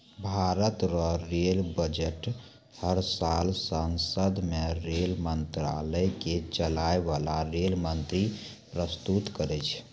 भारत रो rail budget हर साल सांसद मे रेल मंत्रालय के चलाय बाला रेल मंत्री परस्तुत करै छै